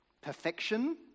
perfection